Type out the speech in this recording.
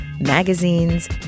magazines